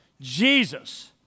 Jesus